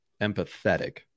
empathetic